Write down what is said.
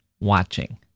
watching